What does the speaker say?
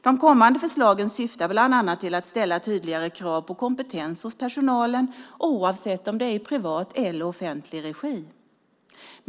De kommande förslagen syftar bland annat till att ställa tydligare krav på kompetens hos personalen, oavsett om det är i privat eller offentlig regi.